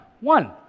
one